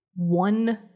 One